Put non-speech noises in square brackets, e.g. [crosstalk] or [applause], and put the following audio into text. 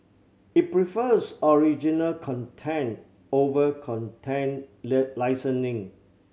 it prefers original content over content [unintelligible] licensing